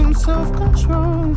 self-control